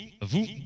vous